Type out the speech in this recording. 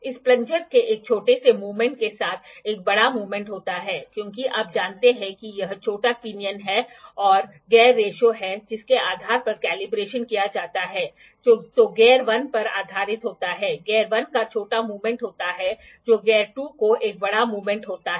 इस प्लंजर के एक छोटे से मूवमेंट के साथ एक बड़ा मूवमेंट होता है क्योंकि आप जानते हैं कि यह छोटा पिनियन है और गियर रेशियो है जिसके आधार पर कैलिब्रेशन किया जाता है जो गियर 1 पर आधारित होता है गियर 1 का छोटा मूवमेंट होता है जो गियर 2 को एक बड़ा मूवमेंट होता है